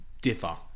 differ